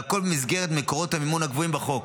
והכול במסגרת מקורות המימון הקבועים בחוק.